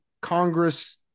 Congress